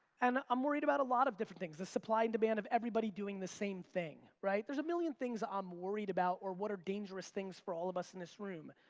and i'm worried about a lot of different things, the supply and demand of everybody doing the same thing. right, there's a million of things i'm worried about, or what are dangerous things for all of us in this room.